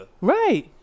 Right